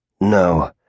No